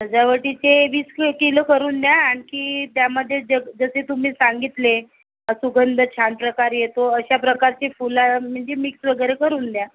सजावटीचे वीस की किलो करून द्या आणखी त्यामध्ये जग जसे तुम्ही सांगितले सुगंध छान प्रकारे येतो अशा प्रकारचे फुलं म्हणजे मिक्स वगैरे करून द्या